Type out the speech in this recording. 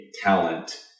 talent